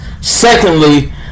Secondly